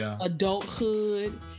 adulthood